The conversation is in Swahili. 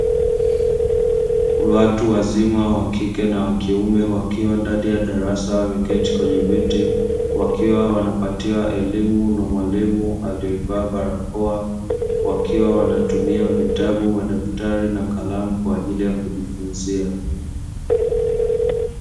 Watu wazima wa kike na wa kiume; wakiwa ndani ya darasa wameketi kwenye viti, wakiwa wanapatiwa elimu na mwalimu aliyevaa barakoa, wakiwa wanatumia vitabu, madaftari na kalamu kwa ajili ya kujifunzia.